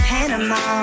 Panama